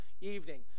evening